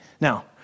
Now